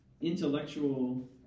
intellectual